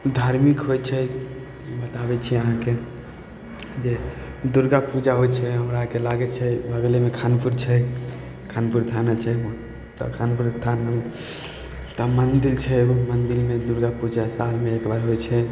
धार्मिक होइ छै बताबै छी अहाँके जे दुर्गा पूजा होइ छै हमरा अरके लागय छै बगलेमे खानपुर छै खानपुर थाना छै तऽ खानपुर थानामे तऽ मन्दिर छै मन्दिरमे दुर्गा पूजा सालमे एकबार होइ छै